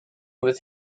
with